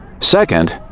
Second